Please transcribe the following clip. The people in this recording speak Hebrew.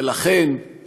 ולכן הוא